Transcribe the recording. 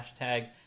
hashtag